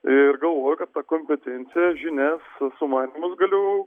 ir galvoju kad tą kompetenciją žinias sumanymus galiu